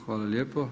Hvala lijepo.